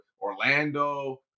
Orlando